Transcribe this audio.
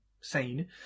sane